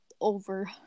over